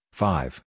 five